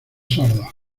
sordos